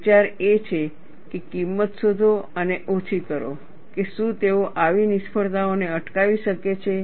વિચાર એ છે કે કિંમત શોધો અને ઓછી કરો કે શું તેઓ આવી નિષ્ફળતાઓને અટકાવી શકે છે